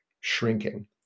shrinking